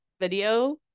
video